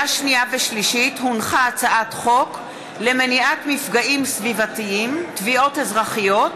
הצעת חוק למניעת מפגעים סביבתיים (תביעות אזרחיות)